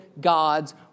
God's